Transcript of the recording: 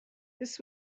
this